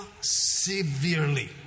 severely